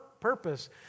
purpose